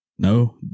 No